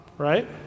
right